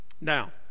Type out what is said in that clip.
now